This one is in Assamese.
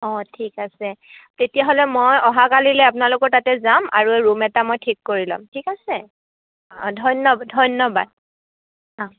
অঁ ঠিক আছে তেতিয়া হ'লে মই অহা কালিলৈ আপোনালোকৰ তাতে যাম আৰু ৰুম এটা মই ঠিক কৰি লম ঠিক আছে ধন্য ধন্যবাদ